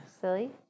Silly